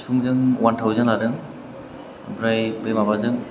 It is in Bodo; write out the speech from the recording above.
सिफुंजों वान थावजेन लादों ओमफ्राय बे माबाजों